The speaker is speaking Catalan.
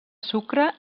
sucre